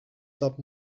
that